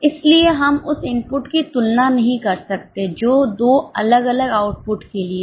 इसलिए हम उस इनपुट की तुलना नहीं कर सकते जो 2 अलग अलग आउटपुट के लिए है